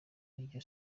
iryo